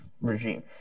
regime